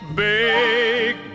big